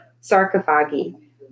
sarcophagi